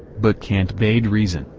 but kant bade reason,